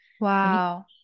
wow